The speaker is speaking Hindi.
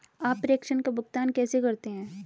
आप प्रेषण का भुगतान कैसे करते हैं?